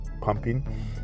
pumping